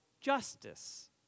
Justice